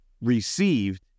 received